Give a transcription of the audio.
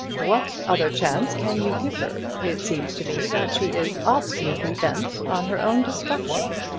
what other chance can you give her? it seems to me that she is obstinately bent on her own destruction.